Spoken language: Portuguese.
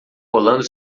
rolando